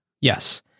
Yes